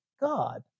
God